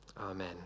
amen